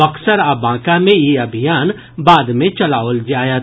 बक्सर आ बांका मे ई अभियान बाद मे चलाओल जायत